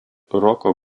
roko